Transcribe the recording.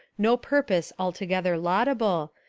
no purpose altogether laudable,